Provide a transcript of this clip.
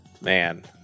Man